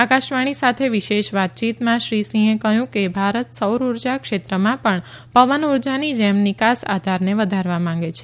આકાશવાણી સાથે વિશેષ વાતયીતમાં શ્રી સિંહે કહ્યું કે ભારત સૌર ઉર્જા ક્ષેત્રમાં પણ પવન ઉર્જાની જેમ નિકાસ આધારને વધારવા માંગે છે